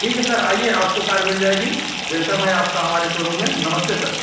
ठीक है सर आइए आपको कार मिल जाएगी वेलकम है आपका हमारे सोरूम में नमस्ते सर